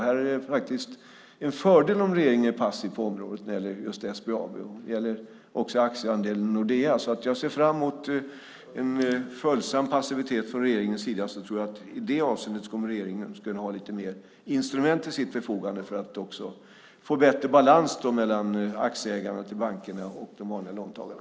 Här är det faktiskt en fördel om regeringen är passiv på området när det gäller just SBAB. Det gäller också aktieandelen i Nordea. Jag ser därför fram mot en följsam passivitet från regeringens sida. Då tror jag att regeringen i det avseendet kommer att kunna ha lite fler instrument till sitt förfogande för att också få bättre balans mellan aktieägandet i bankerna och de vanliga låntagarna.